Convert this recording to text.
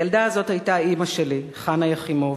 הילדה הזאת היתה אמא שלי, חנה יחימוביץ.